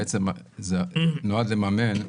בעצם זה נועד לממן.